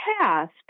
past